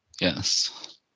Yes